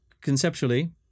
conceptually